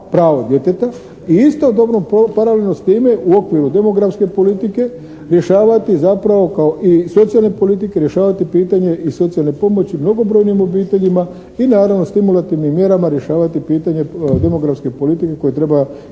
i istodobno, paralelno s time u okviru demografske politike rješavati zapravo kao i socijalne politike rješavati pitanje i socijalne pomoći mnogobrojnim obiteljima i naravno stimulativnim mjerama rješavati pitanje demografske politike kojom treba omogućiti